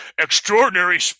extraordinary